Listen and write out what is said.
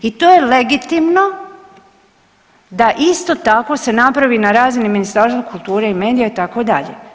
I to je legitimno da isto tako se napravi na razini Ministarstva kulture i medija itd.